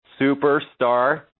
superstar